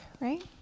right